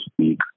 speak